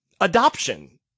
adoption